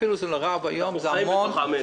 זה נורא ואיום, זה המון.